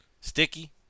Sticky